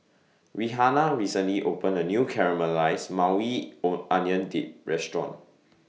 Rihanna recently opened A New Caramelized Maui O Onion Dip Restaurant